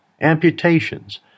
amputations